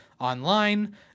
online